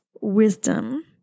wisdom